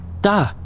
Da